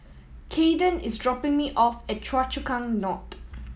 Kaden is dropping me off at Choa Chu Kang North